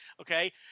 okay